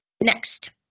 Next